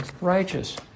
righteous